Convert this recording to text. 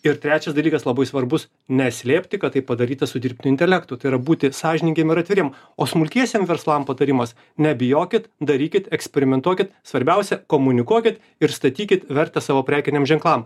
ir trečias dalykas labai svarbus neslėpti kad tai padaryta su dirbtiniu intelektu tai yra būti sąžiningiem ir atviriem o smulkiesiem verslam patarimas nebijokit darykit eksperimentuokit svarbiausia komunikuokit ir statykit vertę savo prekiniam ženklam